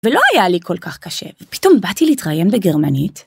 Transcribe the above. ‫ולא היה לי כל כך קשה, ‫ופתאום באתי להתראיין בגרמנית.